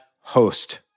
host